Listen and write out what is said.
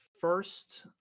first